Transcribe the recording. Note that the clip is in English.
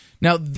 Now